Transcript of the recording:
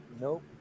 Nope